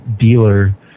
dealer